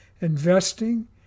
Investing